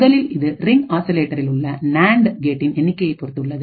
முதலில் இது ரிங் ஆசிலேட்டரில் உள்ள நாட் கேட்டின் எண்ணிக்கையை பொறுத்து உள்ளது